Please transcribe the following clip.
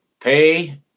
pay